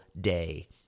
day